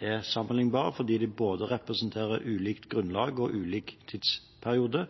er sammenlignbare, for de representerer både ulikt grunnlag og ulik tidsperiode.